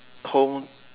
home